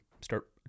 start